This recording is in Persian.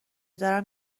دارم